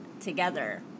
together